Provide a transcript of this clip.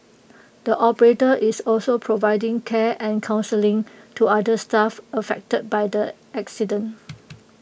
the operator is also providing care and counselling to other staff affected by the accident